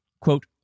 Quote